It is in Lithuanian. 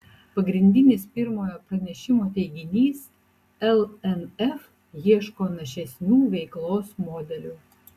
pagrindinis pirmojo pranešimo teiginys lnf ieško našesnių veiklos modelių